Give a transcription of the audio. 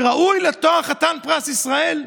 שראוי לתואר חתן פרס ישראל?